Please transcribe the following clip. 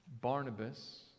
Barnabas